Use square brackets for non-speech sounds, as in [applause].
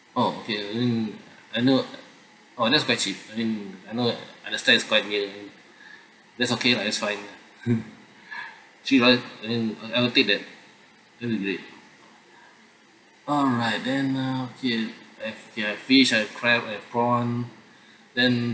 oh okay then I know oh that's quite cheap I mean I know I understand it's quite uh [breath] that's okay lah it's fine [laughs] [breath] actually right I mean I'll take that all of it [breath] alright then uh okay I have I have fish I have crab I have prawn [breath] then